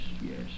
yes